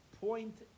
point